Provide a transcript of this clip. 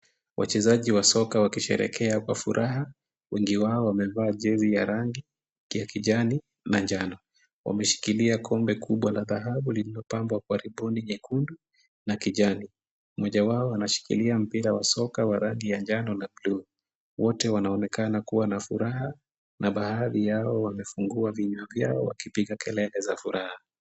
Wachezaji wa soka wakisherekea kwa furaha. Wengi wao wamevaa jezi ya rangi ya kijani na njano. Wameshikilia kombe kubwa la dhahabu, lililopambwa kwa riboni nyekundu na kijani. Mmoja wao anashikilia mpira wa soka wa rangi ya njano na buluu. Wote wanaoekana kuwa na furaha na baadhi yao wamefungua vinywa vyao wakipiga kelele za furaha.